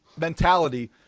mentality